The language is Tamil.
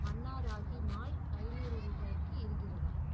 மன்னா ராகி மால்ட் ஐந்நூறு ரூபாய்க்கு இருக்கிறதா